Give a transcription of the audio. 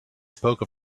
spoke